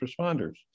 responders